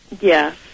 Yes